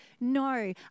no